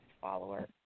follower